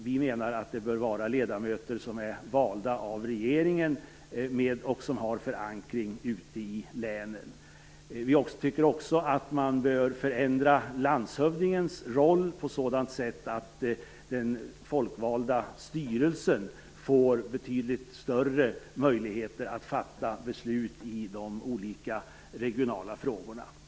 Vi menar att styrelsernas ledamöter bör vara valda av regeringen och ha förankring ute i länen. Vi tycker också att man bör förändra landshövdingens roll på sådant sätt att den folkvalda styrelsen får betydligt större möjligheter att fatta beslut i de olika regionala frågorna.